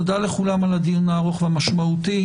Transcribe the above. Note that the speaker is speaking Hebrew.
תודה לכולכם על הדיון הארוך והמשמעותי.